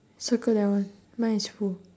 circle that one mine is full